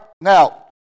now